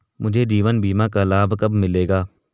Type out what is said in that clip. मुझे जीवन बीमा का लाभ कब मिलेगा?